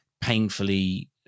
painfully